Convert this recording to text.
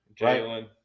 Jalen